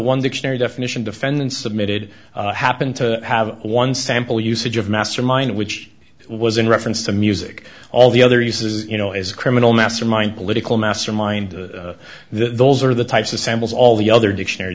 dictionary definition defendant submitted happened to have one sample usage of master mind which was in reference to music all the other uses you know as a criminal mastermind political mastermind those are the types of samples all the other dictionary